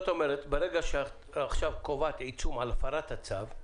ברגע שאת עכשיו קובעת עיצום על הפרת הצו,